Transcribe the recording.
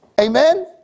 Amen